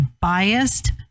biased